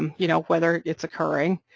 um you know whether it's occurring,